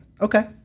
okay